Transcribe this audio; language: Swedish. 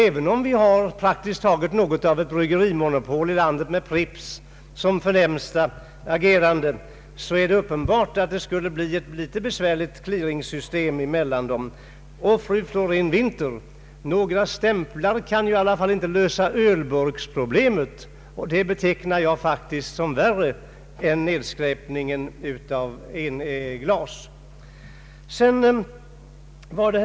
Även om vi har praktiskt taget något av ett bryggerimonopol här i landet, med Pripps som det stora företaget, är det uppenbart att en sådan stämpling skulle leda till ett besvärligt clearingsystem mellan bryggerierna. Några stämplar kan i varje fall inte, fru Florén-Winther, lösa ölburksproblemet, vilket jag betecknar som värre än nedskräpningen genom engångsglas.